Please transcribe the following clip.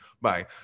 Bye